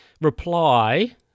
Reply